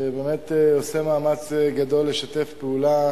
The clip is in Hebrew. שבאמת עושה מאמץ גדול לשתף פעולה